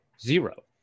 Zero